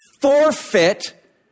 forfeit